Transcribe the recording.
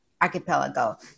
Archipelago